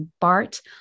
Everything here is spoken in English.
Bart